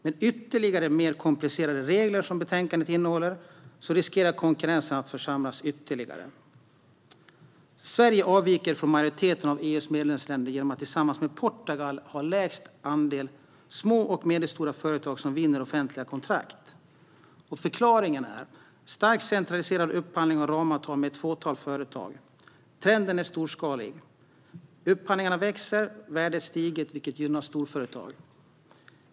Med mer komplicerade regler, som betänkandet innehåller, riskerar konkurrensen att försämras ytterligare. Sverige avviker från majoriteten av EU:s medlemsländer genom att tillsammans med Portugal ha minst andel små och medelstora företag som vinner offentliga kontrakt. Förklaringen är en starkt centraliserad upphandling och ramavtal med ett fåtal företag. Trenden är storskalighet. Upphandlingarna växer. Värdet stiger, vilket gynnar storföretag.